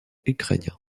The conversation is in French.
ukrainien